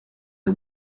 the